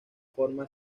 forma